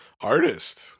artist